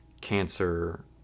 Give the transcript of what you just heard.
cancer